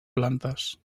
plantes